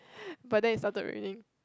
but then it started raining